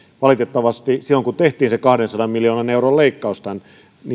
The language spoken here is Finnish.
valitettavasti silloin kun tehtiin se kahdensadan miljoonan euron leikkaus tämän